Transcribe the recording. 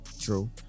True